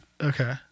Okay